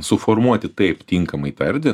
suformuoti taip tinkamai tą erdvę